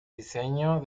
diseño